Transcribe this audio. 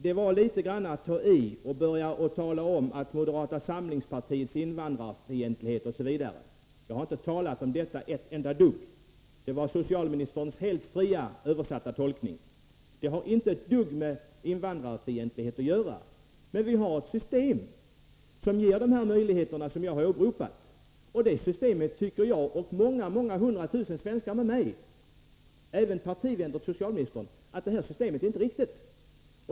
Det var att ta i när socialministern började tala om moderata samlingspartiets invandrarfientlighet osv. Jag har inte talat om detta ett enda dugg. Det var socialministerns helt fria tolkning. Min fråga har inte ett dugg med invandrarfientlighet att göra. Vi har ett system som ger de möjligheter som jag har åberopat. Jag och många hundratusentals svenskar med mig, även partivänner till socialministern, tycker inte att detta system är riktigt.